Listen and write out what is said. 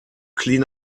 clean